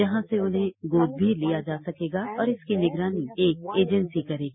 जहां से उन्हें गोद भी लिया जा सकेगा और इसकी निगरानी एक एजेंसी करेगी